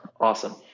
Awesome